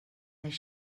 their